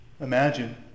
imagine